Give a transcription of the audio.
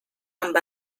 amb